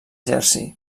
jersey